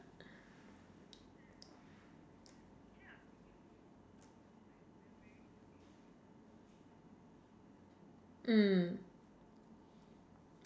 mm